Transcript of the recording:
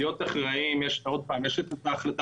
הפוליגונים הם פוליגונים לדיור.